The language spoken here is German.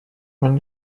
meine